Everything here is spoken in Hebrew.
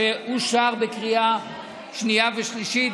שאושר בקריאה שנייה ושלישית,